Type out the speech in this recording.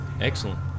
Excellent